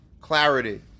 clarity